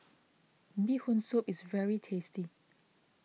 Bee Hoon Soup is very tasty